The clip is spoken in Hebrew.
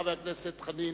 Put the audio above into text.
חבר הכנסת חנין.